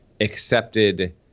accepted